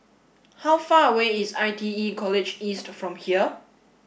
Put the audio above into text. how far away is I T E College East from here